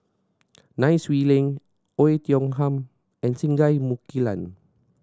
Nai Swee Leng Oei Tiong Ham and Singai Mukilan